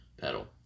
pedal